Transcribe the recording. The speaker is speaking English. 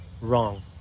Wrong